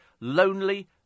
Lonely